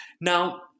Now